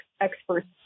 experts